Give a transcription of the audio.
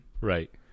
right